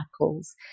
cycles